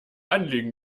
anliegen